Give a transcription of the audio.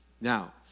Now